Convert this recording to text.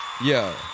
Yo